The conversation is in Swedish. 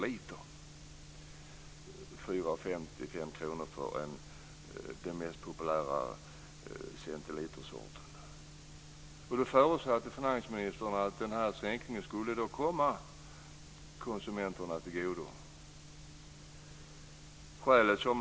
Det innebar 4:50 eller 5 kr för den mest populära sorten. Finansministern förutsatte att denna sänkning skulle komma konsumenterna till godo.